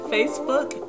Facebook